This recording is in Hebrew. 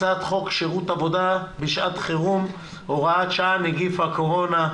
הצעת חוק שירות עבודה בשעת חירום (הוראת שעה נגיף הקורונה).